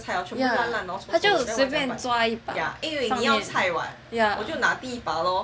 ya 他就随便抓一把上面 ya